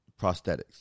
prosthetics